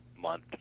month